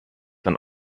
dann